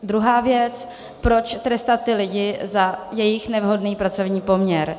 Druhá věc proč trestat ty lidi za jejich nevhodný pracovní poměr?